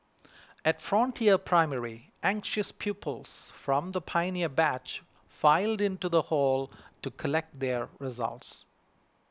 at Frontier Primary anxious pupils from the pioneer batch filed into the hall to collect their results